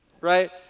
Right